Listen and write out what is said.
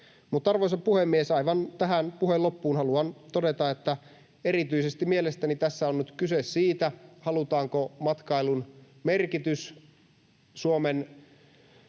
Arvoisa puhemies! Aivan tähän puheen loppuun haluan todeta, että erityisesti mielestäni tässä on nyt kyse siitä, halutaanko tunnustaa matkailun merkitys Suomen